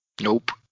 Nope